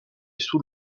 sous